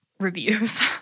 reviews